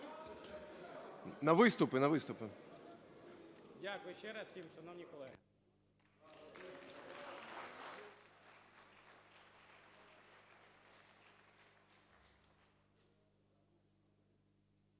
На виступи, на виступи.